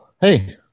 Hey